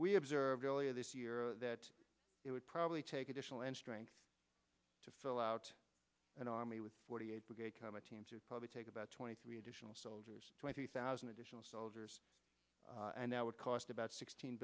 observed earlier this year that it would probably take additional and strength to fill out an army with forty eight brigade combat team to probably take about twenty three additional soldiers twenty thousand additional soldiers and that would cost about sixteen